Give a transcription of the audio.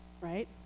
right